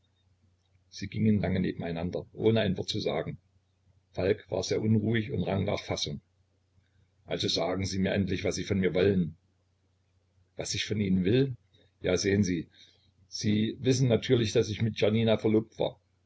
sie gingen lange neben einander ohne ein wort zu sagen falk war sehr unruhig und rang nach fassung also sagen sie mir endlich was sie von mir wollen was ich von ihnen will ja sehen sie sie wissen natürlich daß ich mit janina verlobt war